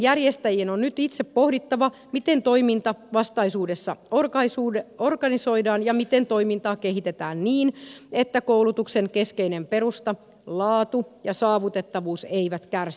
koulutuksenjärjestäjien on nyt itse pohdittava miten toiminta vastaisuudessa organisoidaan ja miten toimintaa kehitetään niin että koulutuksen keskeinen perusta laatu ja saavutettavuus eivät kärsi